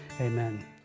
amen